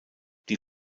die